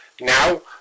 Now